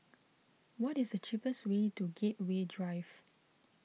what is the cheapest way to Gateway Drive